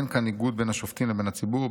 אין כאן ניגוד בין השופטים לבין הציבור,